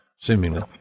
seemingly